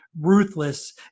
ruthless